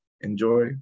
enjoy